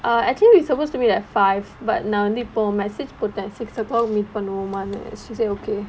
uh actually we supposed to meet at five but நா வந்து இப்போ:naa vanthu ippo mesaage போட்டே:pottae six o'clock meet பண்ணுவோமானு:pannuvomaanu she say okay